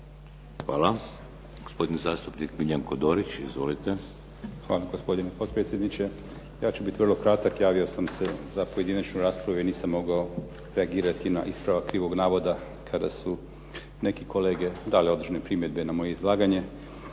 Hvala. Gospodin zastupnik Miljenko Dorić. Izvolite. **Dorić, Miljenko (HNS)** Hvala gospodine potpredsjedniče. Ja ću biti vrlo kratak. Javio sam se za pojedinačnu raspravu jer nisam mogao reagirati na ispravak krivog navoda kada su neki kolege dale određene primjedbe na moje izlaganje.